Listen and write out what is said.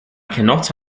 cannot